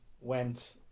went